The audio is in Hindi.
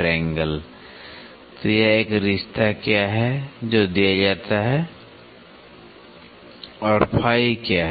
angle यह है एक रिश्ता क्या है जो दिया जाता है और क्या है